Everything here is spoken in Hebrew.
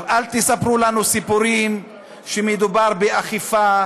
אל תספרו לנו סיפורים שמדובר באכיפה,